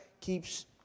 keeps